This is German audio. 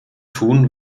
tun